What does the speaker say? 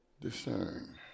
discern